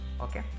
okay